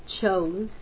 chose